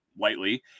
lightly